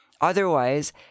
Otherwise